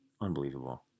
Unbelievable